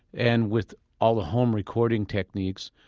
and with all the home-recording techniques,